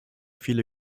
viele